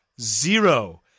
zero